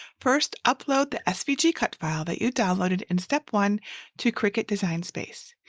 first, upload the svg cut file that you downloaded in step one to cricut design space.